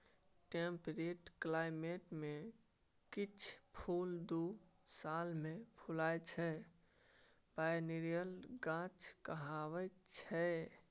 temperate climate मे किछ फुल दु साल मे फुलाइ छै बायनियल गाछ कहाबै छै